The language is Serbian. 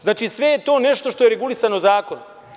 Znači, sve je to nešto što je regulisano zakonom.